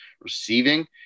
receiving